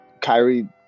Kyrie